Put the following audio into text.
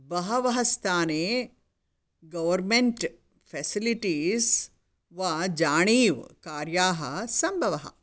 बहवः स्थाने government facilities वा जानीयुः कार्याः सम्भवः